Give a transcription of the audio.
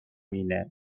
اینه